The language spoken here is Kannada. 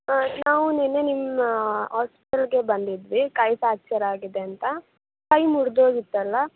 ಹಾಂ ನಾವು ನಿನ್ನೆ ನಿಮ್ಮ ಆಸ್ಪೆಟಲಿಗೆ ಬಂದಿದ್ವಿ ಕೈ ಫ್ಯಾಕ್ಚರ್ ಆಗಿದೆ ಅಂತ ಕೈ ಮುರಿದೋಗಿತ್ತಲ್ಲಾ